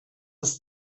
ist